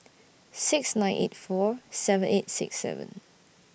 six nine eight four seven eight six seven